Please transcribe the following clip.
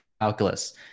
calculus